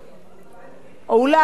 או אולי, אתם יודעים מה?